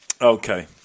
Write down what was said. Okay